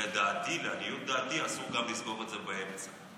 לדעתי, לעניות דעתי, אסור גם לסגור את זה באמצע.